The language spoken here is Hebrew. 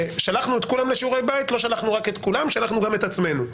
שלחנו את כולם לשיעורי בית ולא שלחנו רק את כולם אלא שלחנו גם את עצמנו.